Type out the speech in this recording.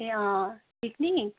ए अँ पिकनिक